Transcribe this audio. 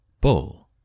Bull